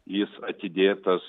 jis atidėtas